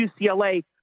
UCLA